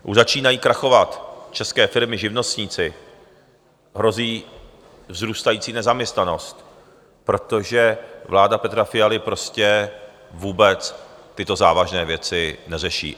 Už začínají krachovat české firmy, živnostníci, hrozí vzrůstající nezaměstnanost, protože vláda Petra Fialy prostě vůbec tyto závažné věci neřeší.